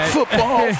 Football